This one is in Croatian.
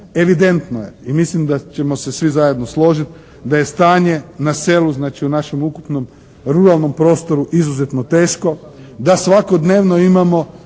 Evidentno je i mislim da ćemo se svi zajedno složiti da je stanje na selu, znači u našem ukupnom ruralnom prostoru izuzetno teško, da svakodnevno imamo